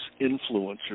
influencers